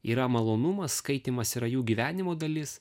yra malonumas skaitymas yra jų gyvenimo dalis